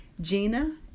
Gina